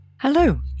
Hello